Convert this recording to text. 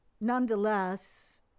Nonetheless